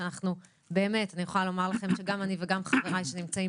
שאני באמת יכולה לומר לכם שגם אני וגם חבריי שנמצאים